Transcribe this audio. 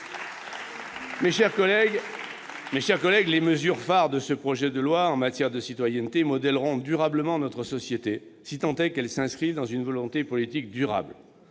Mes chers collègues, les mesures phare de ce projet de loi en matière de citoyenneté modèleront durablement notre société, si tant est qu'elles s'inscrivent dans une volonté politique durable.